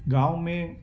گاؤں میں